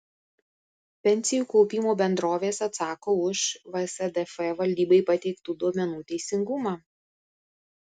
pensijų kaupimo bendrovės atsako už vsdf valdybai pateiktų duomenų teisingumą